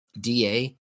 DA